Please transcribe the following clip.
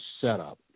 setup